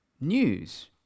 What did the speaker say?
news